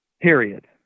period